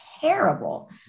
terrible